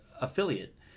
affiliate